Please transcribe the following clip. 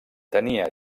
tenia